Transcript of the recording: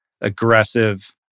aggressive